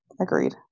agreed